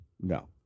no